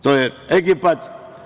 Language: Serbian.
To je Egipat.